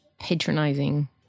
patronizing